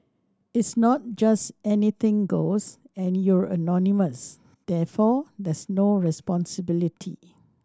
it's not just anything goes and you're anonymous therefore there's no responsibility